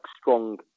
strong